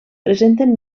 presenten